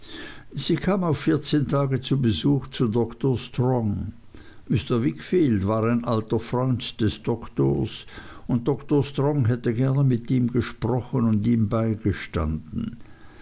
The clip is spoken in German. sie kam auf vierzehn tage zu besuch zu dr strong mr wickfield war ein alter freund des doktors und dr strong hätte gerne mit ihm gesprochen und ihm beigestanden